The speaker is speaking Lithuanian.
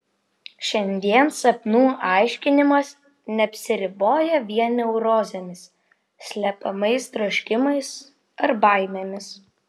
šiandien sapnų aiškinimas neapsiriboja vien neurozėmis slepiamais troškimais ar baimėmis